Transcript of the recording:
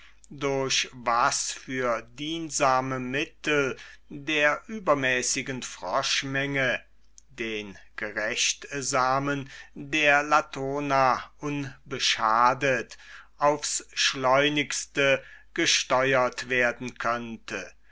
durch was für diensame mittel der übermäßigen froschmenge den gerechtsamen der latona unbeschadet aufs schleunigste gesteuert werden könnte